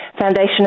foundation